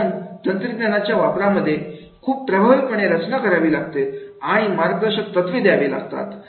कारण तंत्रज्ञानाच्या वापरामध्ये खूप प्रभावीपणे रचना करावी लागते आणि मार्गदर्शक तत्त्वे द्यावी लागतात